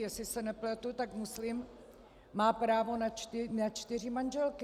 Jestli se nepletu, tak muslim má právo na čtyři manželky.